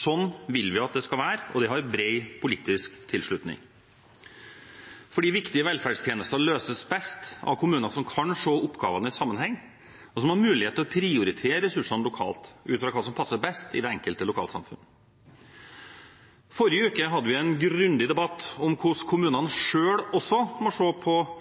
Sånn vil vi at det skal være, og det har bred politisk tilslutning, fordi viktige velferdstjenester løses best av kommuner som kan se oppgavene i sammenheng, og som har mulighet til å prioritere ressursene lokalt, ut ifra hva som passer best i det enkelte lokalsamfunn. I forrige uke hadde vi en grundig debatt om hvordan kommunene